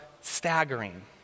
staggering